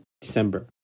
December